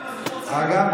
אגב,